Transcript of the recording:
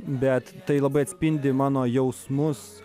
bet tai labai atspindi mano jausmus